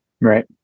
right